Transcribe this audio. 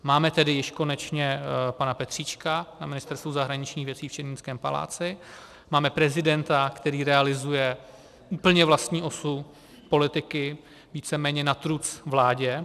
Máme tedy již konečně pana Petříčka na Ministerstvu zahraničních věcí v Černínském paláci, máme prezidenta, který realizuje úplně vlastní osu politiky, víceméně na truc vládě.